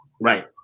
Right